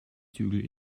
zügel